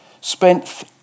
spent